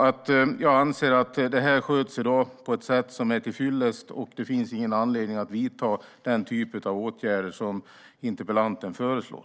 Jag anser att det här i dag sköts på ett sätt som är tillfyllest, och det finns ingen anledning att vidta den typ av åtgärder som interpellanten föreslår.